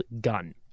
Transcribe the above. gun